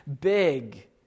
big